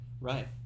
Right